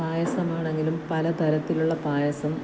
പായസമാണെങ്കിലും പല തരത്തിലുള്ള പായസം